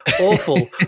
awful